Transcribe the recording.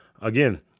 Again